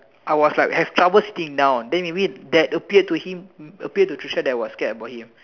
I was like have trouble sitting down then maybe that appeared to him appeared to Tricia that I was scared about him